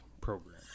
Program